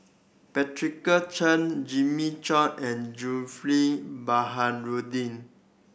Patricia Chan Jimmy Chok and Zulkifli Baharudin